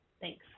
Thanks